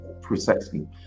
precisely